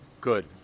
Good